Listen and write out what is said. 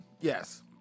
Yes